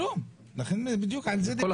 כן, זה כלום, על זה בדיוק דיברתי.